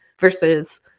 versus